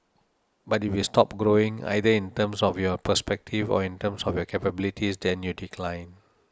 but if you stop growing either in terms of your perspective or in terms of your capabilities then you decline